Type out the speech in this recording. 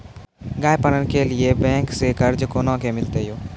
गाय पालन के लिए बैंक से कर्ज कोना के मिलते यो?